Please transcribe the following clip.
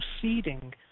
proceeding